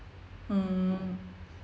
mm